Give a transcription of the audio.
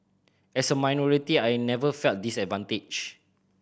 as a minority I never felt disadvantaged